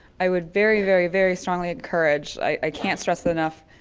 i would very, very, very strongly encourage, i can't stress enough,